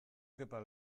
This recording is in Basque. kepa